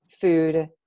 food